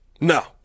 No